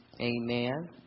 Amen